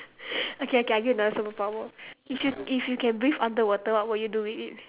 okay okay I give you another superpower if you if you can breathe underwater what will you do with it